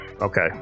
okay